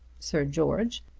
sir george,